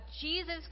Jesus